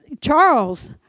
Charles